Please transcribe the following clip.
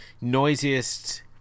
noisiest